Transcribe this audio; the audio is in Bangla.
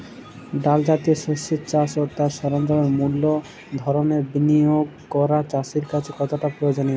ডাল জাতীয় শস্যের চাষ ও তার সরঞ্জামের মূলধনের বিনিয়োগ করা চাষীর কাছে কতটা প্রয়োজনীয়?